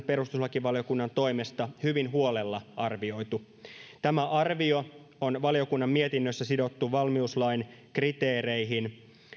perustuslakivaliokunnan toimesta hyvin huolella arvioitu tämä arvio on valiokunnan mietinnössä sidottu valmiuslain kriteereihin